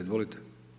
Izvolite.